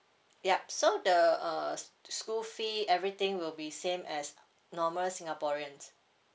yup so the uh school fee everything will be same as normal singaporeans